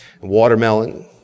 watermelon